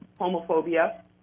homophobia